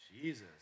Jesus